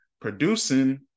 producing